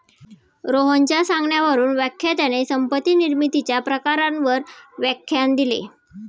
रोहनच्या सांगण्यावरून व्याख्यात्याने संपत्ती निर्मितीच्या प्रकारांवर व्याख्यान दिले